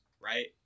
right